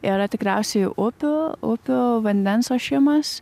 yra tikriausiai upių upių vandens ošimas